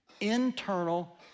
internal